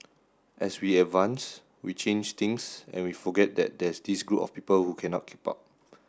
as we advance we change things and we forget that there's this group of people who cannot keep up